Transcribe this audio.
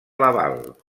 laval